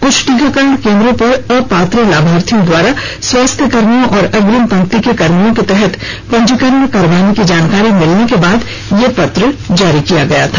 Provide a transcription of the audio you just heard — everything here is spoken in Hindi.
कुछ टीककरण केंद्रों पर अपात्र लाभार्थियों द्वारा स्वास्थ्य कर्मियों और अग्रिम पंक्ति के कर्मियों के तहत पंजीकरण करावाने की जानकारी मिलने के बाद यह पत्र जारी किया गया था